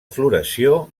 floració